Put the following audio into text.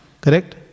correct